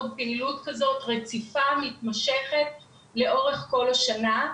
פעילות כזאת רציפה ומתמשכת לאורך כל השנה.